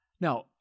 Now